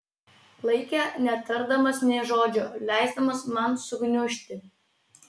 laikė netardamas nė žodžio leisdamas man sugniužti